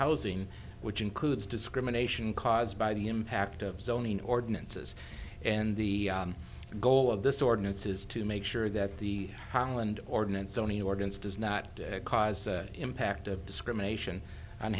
housing which includes discrimination caused by the impact of zoning ordinances and the goal of this ordinance is to make sure that the highland ordinance only organs does not cause the impact of discrimination